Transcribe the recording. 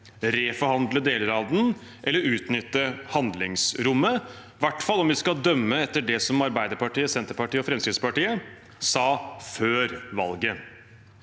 reforhandle deler av den eller utnytte handlingsrommet, i hvert fall om vi skal dømme etter det Arbeiderpartiet, Senterpartiet og Fremskrittspartiet sa før valget.